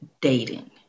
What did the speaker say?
dating